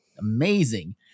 amazing